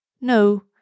No